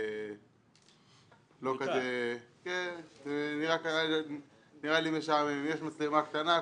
אם יש מצלמה קטנה,